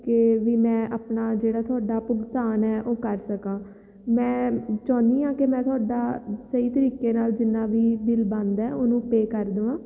ਕਿ ਵੀ ਮੈਂ ਆਪਣਾ ਜਿਹੜਾ ਤੁਹਾਡਾ ਭੁਗਤਾਨ ਹੈ ਉਹ ਕਰ ਸਕਾਂ ਮੈਂ ਚਾਹੁੰਦੀ ਹਾਂ ਕਿ ਮੈਂ ਤੁਹਾਡਾ ਸਹੀ ਤਰੀਕੇ ਨਾਲ ਜਿੰਨਾ ਵੀ ਬਿੱਲ ਬਣਦਾ ਉਹਨੂੰ ਪੇ ਕਰ ਦੇਵਾਂ